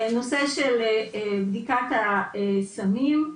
נושא של בדיקת הסמים,